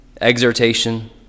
exhortation